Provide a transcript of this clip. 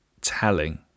telling